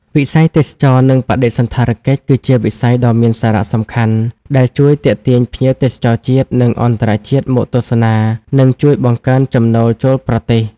វិស័យទេសចរណ៍និងបដិសណ្ឋារកិច្ច គឺជាវិស័យដ៏មានសារៈសំខាន់ ដែលជួយទាក់ទាញភ្ញៀវទេសចរជាតិ និងអន្តរជាតិមកទស្សនា និងជួយបង្កើនចំណូលចូលប្រទេស។